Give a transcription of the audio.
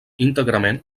íntegrament